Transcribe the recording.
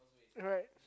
right